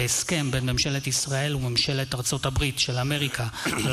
הסכם בין ממשלת ישראל וממשלת ארצות הברית של אמריקה על